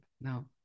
Now